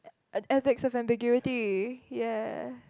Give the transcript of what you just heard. et~ ethics of ambiguity ya